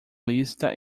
lista